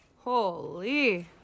Holy